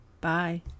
Bye